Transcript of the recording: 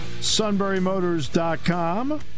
sunburymotors.com